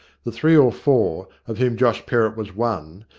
the three or four, of whom josh perrott was one,